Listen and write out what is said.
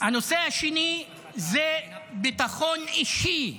הנושא השני הוא ביטחון אישי,